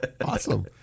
Awesome